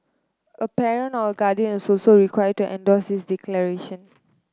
a parent or guardian is also required to endorse this declaration